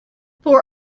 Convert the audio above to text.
four